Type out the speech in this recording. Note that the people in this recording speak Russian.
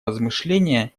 размышление